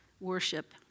worship